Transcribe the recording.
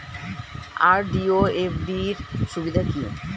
RD ও FD র সুবিধা কি?